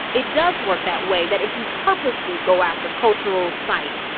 it does work that way that if you purposely go after cultural sites,